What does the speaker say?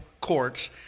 courts